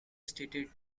stated